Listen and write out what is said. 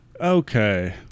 Okay